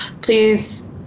please